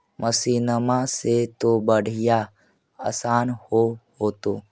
मसिनमा से तो बढ़िया आसन हो होतो?